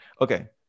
Okay